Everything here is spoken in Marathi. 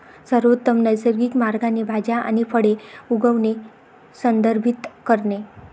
सर्वोत्तम नैसर्गिक मार्गाने भाज्या आणि फळे उगवणे संदर्भित करते